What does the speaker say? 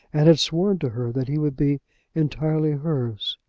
and had sworn to her that he would be entirely hers.